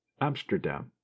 Amsterdam